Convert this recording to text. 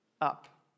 up